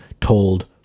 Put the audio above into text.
told